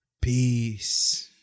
peace